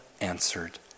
answered